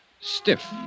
Stiff